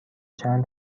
چند